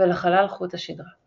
ולחלל חוט השדרה.